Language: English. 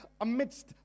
amidst